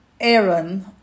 Aaron